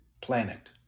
planet